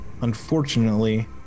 unfortunately-